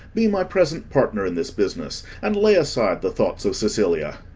be my present partner in this business, and lay aside the thoughts of sicilia.